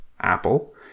apple